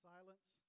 Silence